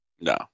No